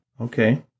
okay